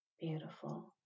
Beautiful